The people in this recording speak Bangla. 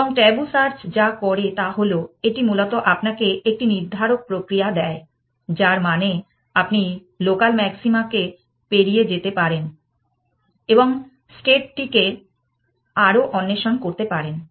এবং ট্যাবু সার্চ যা করে তা হল এটি মূলত আপনাকে একটি নির্ধারক প্রক্রিয়া দেয় যার মানে আপনি লোকাল ম্যাক্সিমা কে পেরিয়ে যেতে পারেন এবং স্টেট টিকে আরও অন্বেষণ করতে পারেন